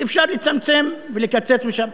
שאפשר לצמצם ולקצץ משם,